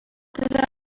did